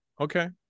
Okay